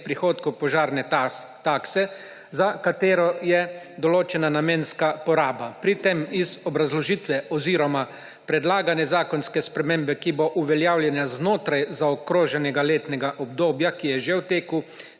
prihodkov požarne takse, za katero je določena namenska poraba. Pri tem iz obrazložitve oziroma predlagane zakonske spremembe, ki bo uveljavljena znotraj zaokroženega letnega obdobja, ki je že v teku,